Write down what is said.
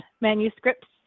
manuscripts